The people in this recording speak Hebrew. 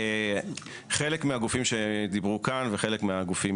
חלק מהגופים שדיברו כאן וחלק מהגופים